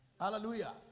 hallelujah